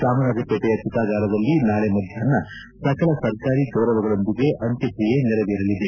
ಚಾಮರಾಜಪೇಟೆಯ ಚಿತಾಗಾರದಲ್ಲಿ ನಾಳೆ ಮಧ್ಯಾಹ್ನ ಸಕಲ ಸರ್ಕಾರಿ ಗೌರವಗಳೊಂದಿಗೆ ಅಂತ್ಯಕ್ರಿಯೆ ನೆರವೇರಲಿದೆ